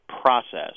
process